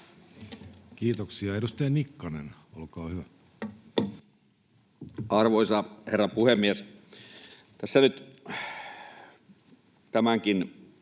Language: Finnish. Kiitoksia. — Edustaja Nikkanen, olkaa hyvä. Arvoisa herra puhemies! Tässä nyt tämänkin